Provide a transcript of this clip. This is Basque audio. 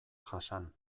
jasan